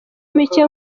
micye